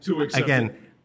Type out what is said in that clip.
again